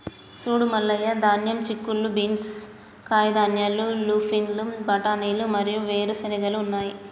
సూడు మల్లయ్య ధాన్యం, చిక్కుళ్ళు బీన్స్, కాయధాన్యాలు, లూపిన్లు, బఠానీలు మరియు వేరు చెనిగెలు ఉన్నాయి